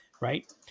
Right